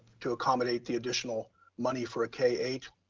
to accommodate the additional money for a k eight.